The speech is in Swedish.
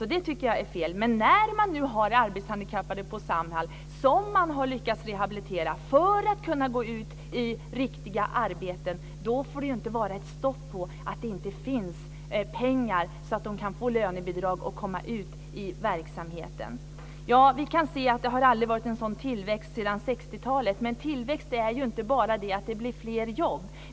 Jag tycker att det är fel. När man nu har arbetshandikappade på Samhall, som man har lyckats rehabilitera för att de ska kunna gå ut i riktiga arbeten, får det inte stoppa på att det inte finns pengar så att de kan få lönebidrag och komma ut i verksamheten. Ja, vi kan se att det inte har varit en sådan tillväxt sedan 60-talet. Men tillväxt är inte bara att det blir fler jobb.